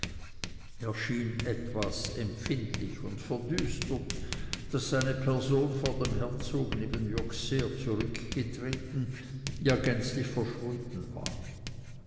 schien etwas empfindlich und verdüstert daß seine person vor dem herzog neben jürg sehr zurückgetreten ja gänzlich verschwunden war